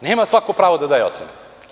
Nema svako pravo da daje ocene.